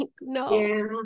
no